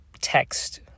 text